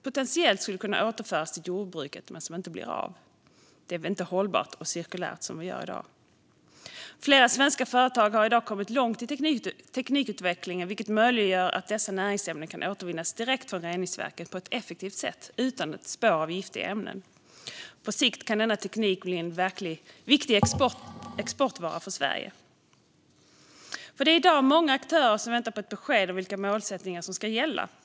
Potentiellt skulle de kunna återföras till jordbruket, men det blir inte av. Det som vi gör i dag är inte hållbart och cirkulärt. Flera svenska företag har i dag kommit långt i teknikutvecklingen, vilket möjliggör att dessa näringsämnen kan återvinnas direkt från reningsverken på ett effektivt sätt utan spår av giftiga ämnen. På sikt kan denna teknik bli en viktig exportvara för Sverige. Det är i dag många aktörer som väntar på ett besked om vilka målsättningar som ska gälla.